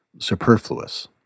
superfluous